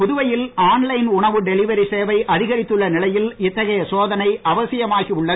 புதுவையில் online உணவு delivery சேவை அதிகரித்துள்ள நிலையில் இத்தகைய சோதனை அவசியமாகி உள்ளது